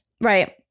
Right